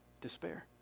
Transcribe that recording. Despair